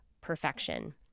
perfection